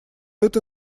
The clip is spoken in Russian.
это